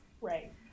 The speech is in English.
Right